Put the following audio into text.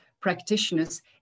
practitioners